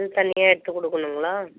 தனியாக எடுத்து கொடுக்கணுங்களா